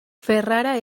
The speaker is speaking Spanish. ferrara